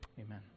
amen